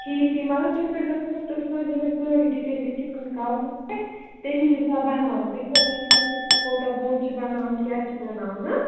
ٹھیٖک ٹھیٖک مگر تُہۍ کٔرۍزیو کٲم تُہۍ سوٗزیو مےٚ سٲرٕے ڈِٹیٖل لیکھِتھ کُنہِ کاغذس پٮ۪ٹھ تَمی حساب بناو بہٕ بیٚیہِ تھٲیزیو یہِ تہِ لیٚکھِتھ کہِ کوتاہ بوٚڑ چھِ بناوُن کیٛاہ چھِ بناوُن ہَہ